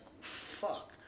fuck